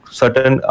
certain